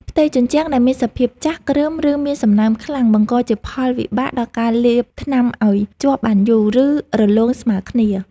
ផ្ទៃជញ្ជាំងដែលមានសភាពចាស់ គ្រើម ឬមានសំណើមខ្លាំង បង្កជាផលវិបាកដល់ការលាបថ្នាំឱ្យជាប់បានយូរ និងរលោងស្មើគ្នា។